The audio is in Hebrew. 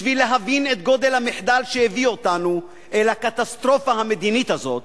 בשביל להבין את גודל המחדל שהביא אותנו אל הקטסטרופה המדינית הזאת